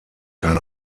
kein